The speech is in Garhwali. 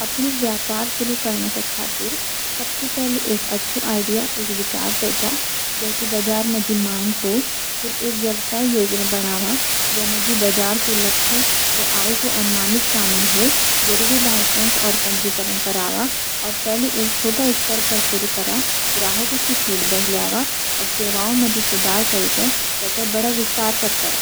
अपनु व्यापार शुरू करन का खातिर सब सी पेली एक अचू इदिया सोचा जेकी बजार मजी मांग हो। फिर एक व्यवसायी योजना बनावा जेमजी बजार कू लक्ष्य या आय कू अनुमान सामिल हो। जरूरी लाईसेन्स और पंजीकरण करवा, और पेली छोटा एस्ट्र पर सुरू क्र। ग्रहाकु सी फीडबैक ल्यावा और सेवाओ मजी सुधार करी ते ते ते बड़ा विस्तार पर कारा।